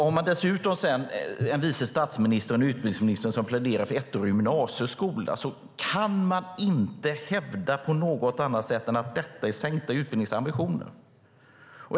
Har man dessutom en vice statsminister och utbildningsminister som pläderar för en ettårig gymnasieskola kan man inte hävda något annat än att detta är sänkta utbildningsambitioner.